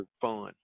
fun